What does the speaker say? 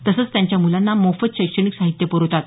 तसेच त्यांच्या मुलांना मोफत शैक्षणिक साहित्य पुरवतात